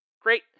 great